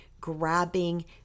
grabbing